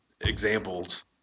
examples